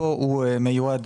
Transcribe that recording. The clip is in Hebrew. המשרדים.